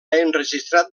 enregistrat